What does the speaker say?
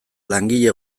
langile